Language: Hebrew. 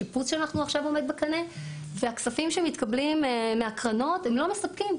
יש שיפוץ שעכשיו עומד בקנה והכספים שמתקבלים מהקרנות לא מספקים,